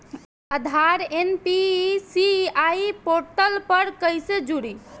आधार NPCI portal पर कईसे जोड़ी?